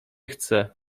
chce